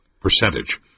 percentage